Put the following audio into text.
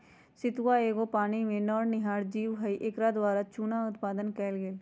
सितुआ एगो पानी में रहनिहार जीव हइ एकरा द्वारा चुन्ना उत्पादन कएल गेल